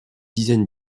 dizaines